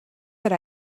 that